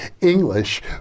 English